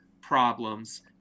problems